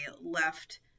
left